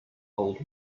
old